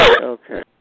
Okay